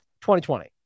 2020